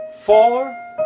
Four